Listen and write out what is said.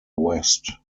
west